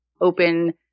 open